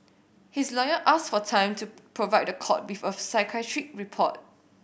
his lawyer asked for time to provide the court with a psychiatric report